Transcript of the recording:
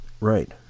Right